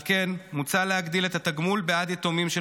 על כן מוצע להגדיל את התגמול בעד יתומים של